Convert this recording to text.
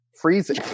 freezing